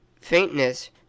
faintness